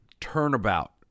turnabout